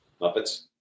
Muppets